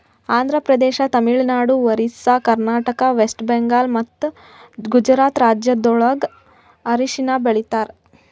Andhra Pradesh, Tamil Nadu, Orissa, Karnataka, West Bengal ಮತ್ತ ಗುಜರಾತ್ ರಾಜ್ಯಗೊಳ್ದಾಗ್ ಅರಿಶಿನ ಬೆಳಿತಾರ್